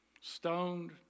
stoned